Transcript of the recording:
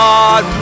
God